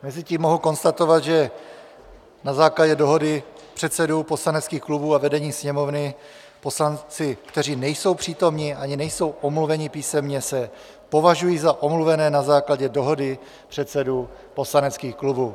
Mezitím mohu konstatovat, že na základě dohody předsedů poslaneckých klubů a vedení Sněmovny poslanci, kteří nejsou přítomni ani nejsou omluveni písemně, se považují za omluvené na základě dohody předsedů poslaneckých klubů.